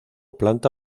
planta